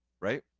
right